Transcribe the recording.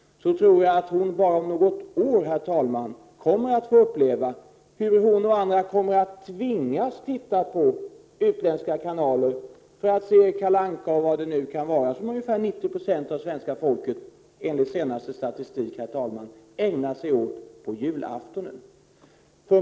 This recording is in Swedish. Jag tror att hon, om bara något år, kommer att få uppleva hur hon och andra tvingas titta på utländska kanaler för att se Kalle Anka eller vad det nu kan vara. Ungefär 90 90 av svenska folket ser ju det programmet på julafton enligt den senaste statistiken.